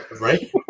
Right